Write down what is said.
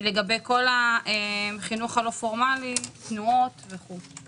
לגבי כל החינוך הלא פורמלי, תנועות וכו'.